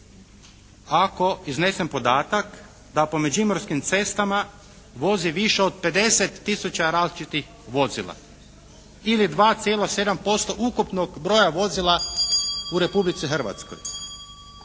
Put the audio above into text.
ako iznesem podatak da po međimurskim cestama vozi više od 50 tisuća različitih vozila, ili 2,7% ukupnog broja vozila u Republici Hrvatskoj.